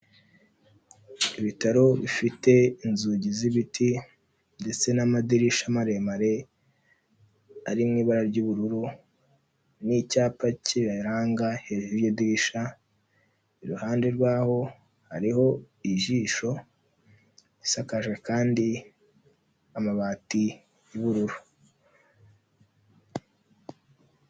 Ibitaro bifite inzugi z'ibiti ndetse n'amadirisha maremare ari mu ibara ry'ubururu n'icyapa kiyaranga hejuru y'iryo dirishya, iruhande rwaho hariho ijisho isakaje kandi amabati y'ubururu.